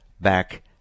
back